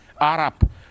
Arab